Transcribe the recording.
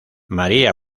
maría